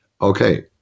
okay